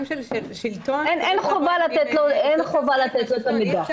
אין חובה לתת לו את המידע.